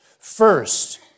First